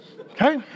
Okay